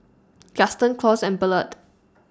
Gaston Claus and Ballard